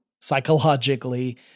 psychologically